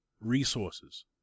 resources